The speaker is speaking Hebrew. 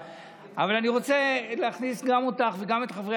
אבל אני רוצה להכניס גם אותך וגם את חברי